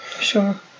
sure